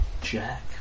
Jack